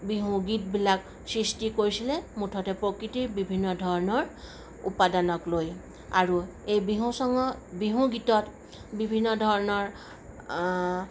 বিহু গীতবিলাক সৃষ্টি কৰিছিলে মুঠতে প্ৰকৃতিৰ বিভিন্ন ধৰণৰ মুঠতে প্ৰকৃতিৰ বিভিন্ন উপাদানক লৈ আৰু এই বিহু গীতত বিহু ছংত বিহু গীতত বিভিন্ন ধৰণৰ